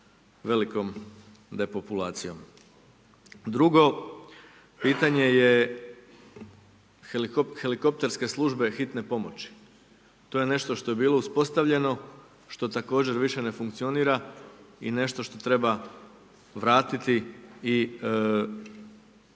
velikom depopulacijom. Drugo pitanje je helikopterske službe hitne pomoći. To je nešto što je bilo uspostavljeno, što također više ne funkcionira i nešto što treba vratiti i riješiti